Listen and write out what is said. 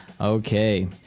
Okay